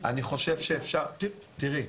תיראי,